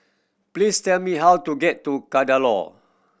please tell me how to get to Kadaloor